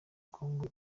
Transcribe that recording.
kongo